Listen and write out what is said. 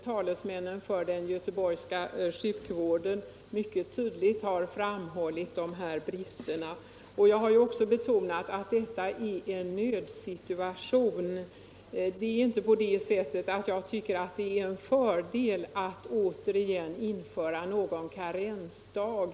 Talesmännen för den göteborgska sjukvården har mycket tydligt framhållit dessa brister. Jag har också betonat att det är en nödsituation. Det är inte på det sättet att jag tycker att det är en fördel att återigen införa någon karensdag.